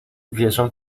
wierzą